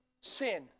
Sin